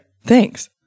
thanks